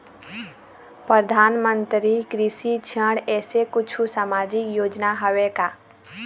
परधानमंतरी कृषि ऋण ऐसे कुछू सामाजिक योजना हावे का?